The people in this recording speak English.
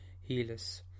Healers